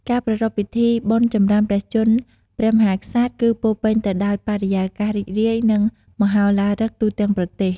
ការប្រារព្ធ ពិធីបុណ្យចម្រើនព្រះជន្មព្រះមហាក្សត្រ គឺពោរពេញទៅដោយបរិយាកាសរីករាយ និងមហោឡារិកទូទាំងប្រទេស។